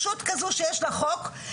ישות כזאת שיש לה חוק כזה,